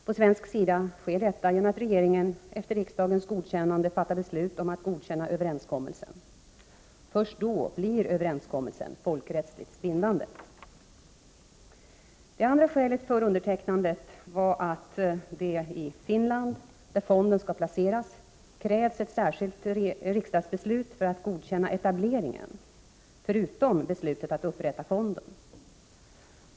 På svensk sida sker detta genom att regeringen, efter riksdagens godkännande, fattar beslut om att godkänna överenskommelsen, Först då blir överenskommelsen folkrättsligt bindande. Det andra skälet för undertecknandet var att det i Finland, där fonden skall placeras, krävs ett särskilt riksdagsbeslut för att godkänna etableringen, förutom beslutet om att upprätta fonden.